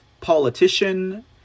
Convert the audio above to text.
politician